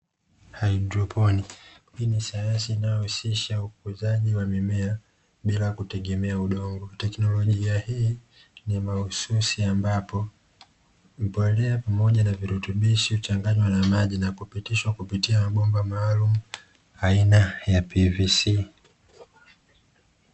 Haidroponi: hii ni sayansi inayohusisha ukuzaji wa mimea bila kutegemea udongo. Teknolojia hii ni mahususi ambapo mbolea pamoja na virutubishi huchanganywa na maji na kupitishwa kupitia mabomba maalumu aina ya PVC.